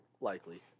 likely